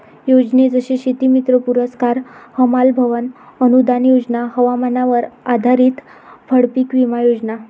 योजने जसे शेतीमित्र पुरस्कार, हमाल भवन अनूदान योजना, हवामानावर आधारित फळपीक विमा योजना